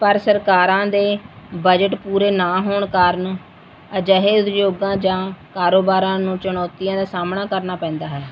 ਪਰ ਸਰਕਾਰਾਂ ਦੇ ਬਜਟ ਪੂਰੇ ਨਾ ਹੋਣ ਕਾਰਨ ਅਜਿਹੇ ਉਦਯੋਗਾਂ ਜਾਂ ਕਾਰੋਬਾਰਾਂ ਨੂੰ ਚੁਣੌਤੀਆਂ ਦਾ ਸਾਹਮਣਾ ਕਰਨਾ ਪੈਂਦਾ ਹੈ